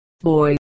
boy